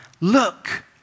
look